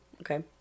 Okay